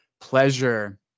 pleasure